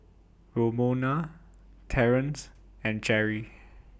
Romona Terence and Jerrie